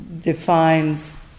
defines